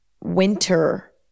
winter